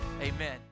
amen